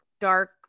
dark